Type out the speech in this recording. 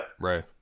Right